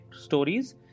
stories